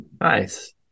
Nice